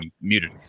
muted